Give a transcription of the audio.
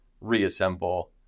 reassemble